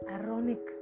ironic